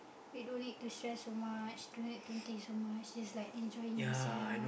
we don't need to stress so much don't need to think so much just like enjoying yourself